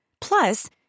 Plus